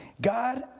god